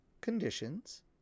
conditions